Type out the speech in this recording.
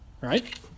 Right